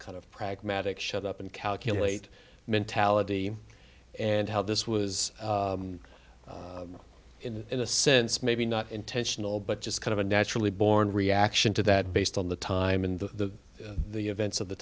kind of pragmatic shut up and calculate mentality and how this was in a sense maybe not intentional but just kind of a naturally born reaction to that based on the time in the the events of the